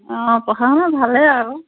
অঁ পঢ়া শুনা ভালেই আৰু